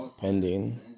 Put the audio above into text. pending